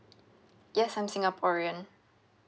yes I'm singaporean